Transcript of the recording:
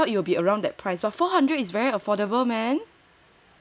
yeah yeah I thought it will be around that price but four hundred is very affordable man